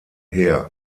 her